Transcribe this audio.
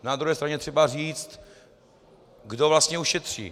Na druhé straně je třeba říct, kdo vlastně ušetří.